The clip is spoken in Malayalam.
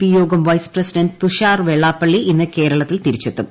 പി യോഗം വൈസ് പ്രസിഡന്റ് തുഷാർ വെള്ളാപ്പള്ളി ഇന്ന് കേരളത്തിൽ മണിക്കാണ് തിരിച്ചെത്തും